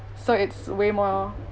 so it's way more